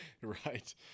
Right